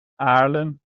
aarlen